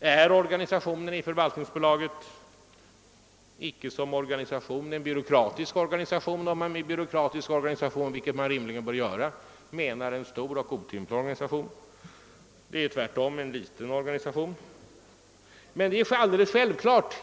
är det inte fråga om en byråkratisk organisation om man därmed menar — vilket man rimligen bör göra — en stor och otymplig organisation. Det är tvärtom fråga om en liten organisation.